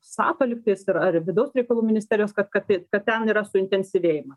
sato lygtais ar ar vidaus reikalų ministerijos kad kad kad ten yra suintensyvėjima